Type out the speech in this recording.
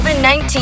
COVID-19